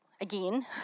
again